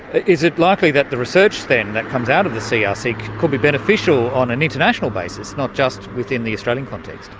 is it likely that the research then that comes out of the crc ah so like could be beneficial on an international basis, not just within the australian context?